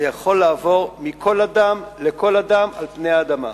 זה יכול לעבור מכל אדם לכל אדם על פני האדמה.